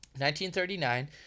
1939